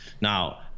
now